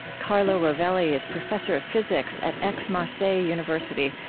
carlo rovelli is professor of physics at aix-marseille university,